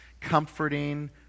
comforting